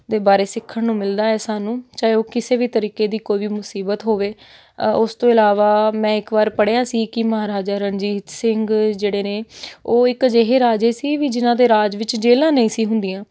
ਦੇ ਬਾਰੇ ਸਿੱਖਣ ਨੂੰ ਮਿਲਦਾ ਹੈ ਸਾਨੂੰ ਚਾਹੇ ਉਹ ਕਿਸੇ ਵੀ ਤਰੀਕੇ ਦੀ ਕੋਈ ਵੀ ਮੁਸੀਬਤ ਹੋਵੇ ਉਸ ਤੋਂ ਇਲਾਵਾ ਮੈਂ ਇੱਕ ਵਾਰ ਪੜ੍ਹਿਆ ਸੀ ਕਿ ਮਹਾਰਾਜਾ ਰਣਜੀਤ ਸਿੰਘ ਜਿਹੜੇ ਨੇ ਉਹ ਇੱਕ ਅਜਿਹੇ ਰਾਜੇ ਸੀ ਵੀ ਜਿਨ੍ਹਾਂ ਦੇ ਰਾਜ ਵਿੱਚ ਜੇਲਾਂ ਨਹੀਂ ਸੀ ਹੁੰਦੀਆਂ